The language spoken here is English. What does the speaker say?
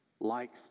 likes